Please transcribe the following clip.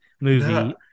movie